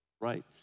right